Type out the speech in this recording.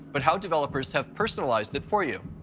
but how developers have personalized it for you.